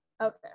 Okay